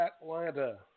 Atlanta